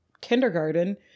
kindergarten